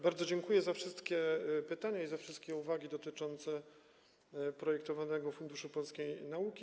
Bardzo dziękuję za wszystkie pytania i za wszystkie uwagi dotyczące projektowanego Funduszu Polskiej Nauki.